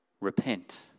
Repent